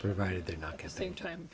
provided they're not casting time